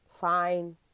Fine